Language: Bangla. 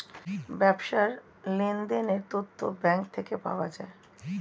ব্যবসার লেনদেনের তথ্য ব্যাঙ্ক থেকে পাওয়া যায়